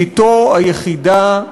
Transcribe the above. בתו היחידה,